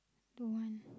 don't want